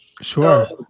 Sure